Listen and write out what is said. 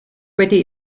wedi